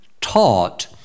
taught